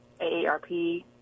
AARP